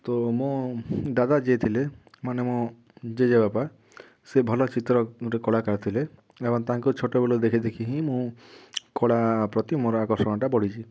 ତ ମୋ ଦାଦା ଯିଏ ଥିଲେ ମାନେ ମୋ ଜେଜେ ବାପା ସେ ଭଲ ଚିତ୍ର ରେ କଳାକାର ଥିଲେ ଏବଂ ତାଙ୍କୁ ଛୋଟ ବେଳୁ ଦେଖି ଦେଖି ହିଁ ମୁଁ କଳା ପ୍ରତି ମୋର ଆକର୍ଷଣ ଟା ବଢ଼ିଛି